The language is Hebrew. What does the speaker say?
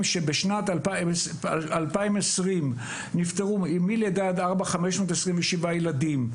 שבשנת 2020 נפטרו מלידה עד ארבע 527 ילדים.